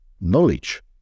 knowledge